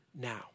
now